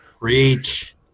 reach